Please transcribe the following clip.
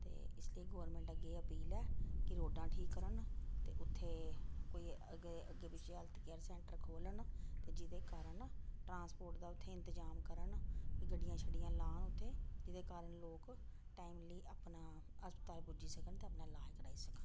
ते इस लेई गोरमैंट अग्गें एह् अपील ऐ कि रोडां ठीक करन ते उत्थें कोई अग्गे अग्गें पिच्छें हैल्थ केयर सैंटर खोलन ते जेहदे कारण ट्रांसपोर्ट दा उत्थे इंतजाम करन गड्डियां छड्डियां लान उत्थें जेह्दे कारण लोक टाइमली अपना अस्पताल पुज्जी सकन ते अपना इलाज कराई सकन